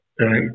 right